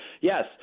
yes